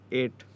eight